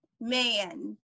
Man